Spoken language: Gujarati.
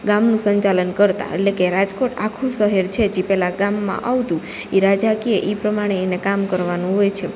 ગામનું સંચાલન કરતાં એટલે કે રાજકોટ આખું સહેર છે જી પેલા ગામમાં આવતું ઈ રાજા કે ઈ પ્રમાણે એને કામ કરવાનું હોય છે